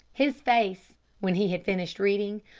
his face, when he had finished reading,